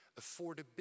Affordability